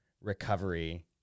recovery